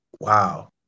wow